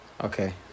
Okay